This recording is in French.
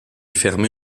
fermé